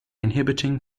inhibiting